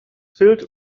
filled